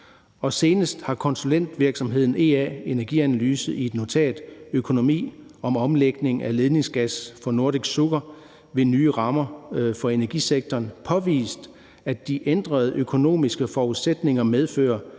senest har konsulentvirksomheden Ea Energianalyse i et notat »Økonomi af omlægning af ledningsgas for Nordic Sugar ved nye rammer for energisektoren« påvist, at de ændrede økonomiske forudsætninger medfører,